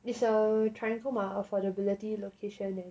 it's a triangle mah affordability location then